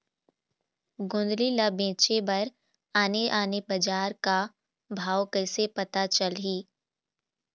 गोंदली ला बेचे बर आने आने बजार का भाव कइसे पता चलही?